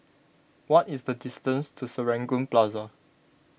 what is the distance to Serangoon Plaza